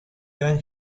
gran